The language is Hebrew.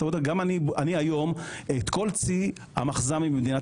גם אני היום את כל צי המחז"מים במדינת